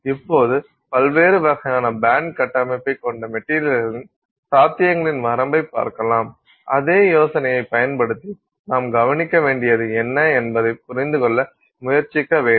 இப்போது பல்வேறு வகையான பேண்ட் கட்டமைப்பைக் கொண்ட மெட்டீரியல்களின் சாத்தியங்களின் வரம்பைப் பார்க்கலாம் அதே யோசனையைப் பயன்படுத்தி நாம் கவனிக்க வேண்டியது என்ன என்பதைப் புரிந்து கொள்ள முயற்சிக்க வேண்டும்